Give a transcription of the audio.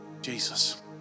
Jesus